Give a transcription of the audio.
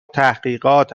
تحقیقات